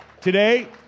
today